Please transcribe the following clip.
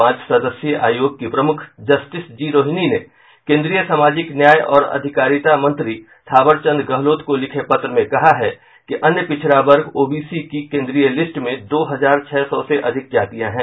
पांच सदस्यी आयोग की प्रमुख जस्टिस जी रोहिणी ने केंद्रीय सामाजिक न्याय और अधिकारिता मंत्री थावर चंद गहलोत को लिखे पत्र में कहा है कि अन्य पिछड़ा वर्ग ओबीसी की केंद्रीय लिस्ट में दो हजार छह सौ से अधिक जातियां हैं